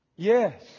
Yes